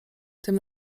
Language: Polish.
tym